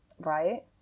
Right